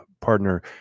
partner